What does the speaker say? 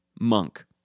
monk